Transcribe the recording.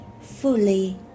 fully